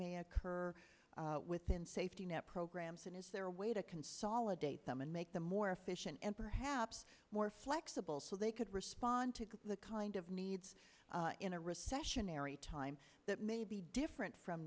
may occur within safety net programs and is there a way to consolidate them and make them more efficient and perhaps more flexible so they could respond to the kind of needs in a recession airy time that may be different from